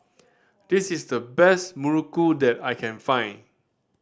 this is the best muruku that I can find